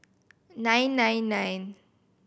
nine nine nine